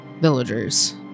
villagers